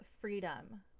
freedom